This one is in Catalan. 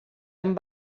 amb